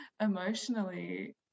emotionally